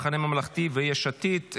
המחנה הממלכתי ויש עתיד.